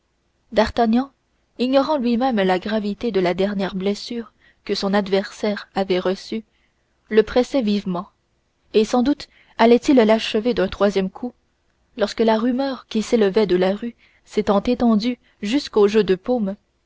d'artagnan ignorant lui-même la gravité de la dernière blessure que son adversaire avait reçue le pressait vivement et sans doute allait l'achever d'un troisième coup lorsque la rumeur qui s'élevait de la rue s'étant étendue jusqu'au jeu de paume